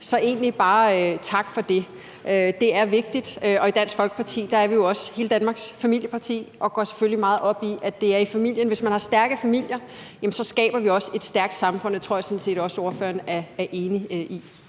vil egentlig bare sige tak for det. Det er vigtigt. Og i Dansk Folkeparti er vi jo også hele Danmarks familieparti og går selvfølgelig meget op i, at det skal være i familien. Hvis vi har stærke familier, skaber vi også et stærkt samfund, og det tror jeg sådan set også at ordføreren er enig i.